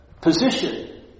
position